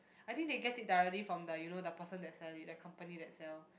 I think they get it directly from the you know the person that sell it the company that sell